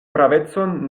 pravecon